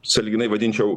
sąlyginai vadinčiau